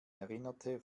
erinnerte